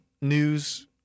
news